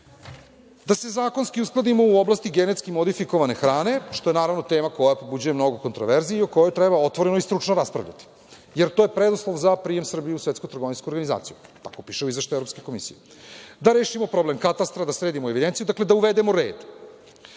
da se zakonski uskladimo u oblasti genetski modifikovane hrane, što je naravno tema koja pobuđuje mnogo kontraverzi, a o kojoj treba otvoreno i stručno raspravljati, jer to je preduslov za prijem Srbije u STO, tako piše u izveštaju Evropske komisije, da rešimo problem katastra, da sredimo evidencije, da uvedemo